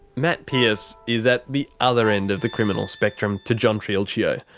matt pearce is at the other end of the criminal spectrum to john triulcio.